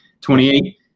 28